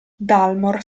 dalmor